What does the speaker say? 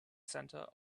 center